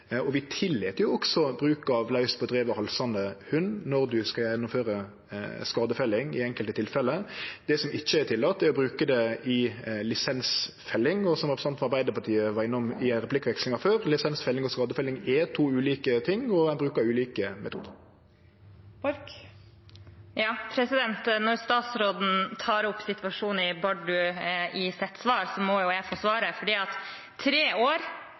Vi tillèt også bruk av laus, på driven halsande hund når ein skal gjennomføre skadefelling, i enkelte tilfelle. Det som ikkje er tillate, er å bruke det i lisensfelling, og som representanten frå Arbeidarpartiet var innom i replikkvekslinga tidlegare: Lisensfelling og skadefelling er to ulike ting, og ein bruker ulike metodar. Når statsråden tar opp situasjonen i Bardu i sitt svar, må jeg få svare, for